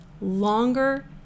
longer